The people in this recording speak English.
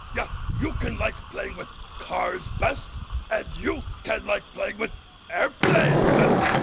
yeah you can like playing with cars best and you can like playing with airplanes best.